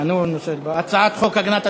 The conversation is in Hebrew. התשע"ג 2013,